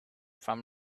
from